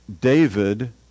David